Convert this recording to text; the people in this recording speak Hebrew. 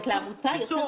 בקיצור.